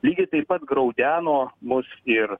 lygiai taip pat graudeno mus ir